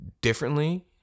differently